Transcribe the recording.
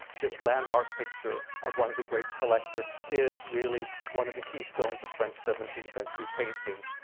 this landmark picture of one of the great collectors is really one of the keystones of french seventeenth century painting.